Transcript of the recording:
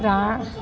प्रा